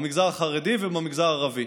במגזר החרדי ובמגזר הערבי.